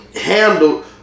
handled